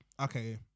Okay